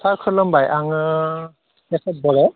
सार खुलुमबाय आङो केसब बर'